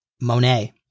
Monet